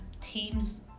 teams